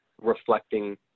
reflecting